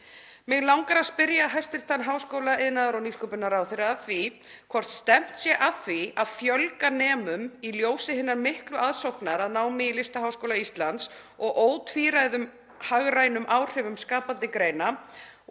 Mig langar að spyrja hæstv. háskóla-, iðnaðar- og nýsköpunarráðherra hvort stefnt sé að því að fjölga nemum í ljósi hinnar miklu aðsóknar að námi í Listaháskóla Íslands og ótvíræðum hagrænum áhrifum skapandi greina